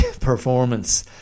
performance